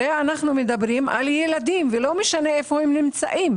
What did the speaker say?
הרי אנחנו מדברים על ילדים ולא משנה היכן הם נמצאים.